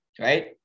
right